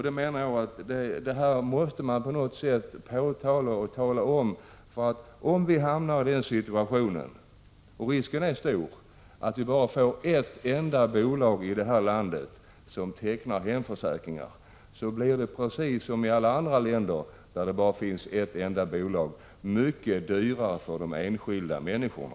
Detta måste på något sätt påtalas. Om vi skulle hamna i den situationen — risken är stor — att vi bara får ett enda bolag här i landet som tecknar hemförsäkringar, blir det precis som i alla andra länder där det bara finns ett enda bolag: mycket dyrare för de enskilda människorna.